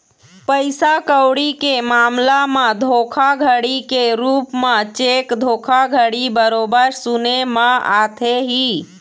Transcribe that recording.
पइसा कउड़ी के मामला म धोखाघड़ी के रुप म चेक धोखाघड़ी बरोबर सुने म आथे ही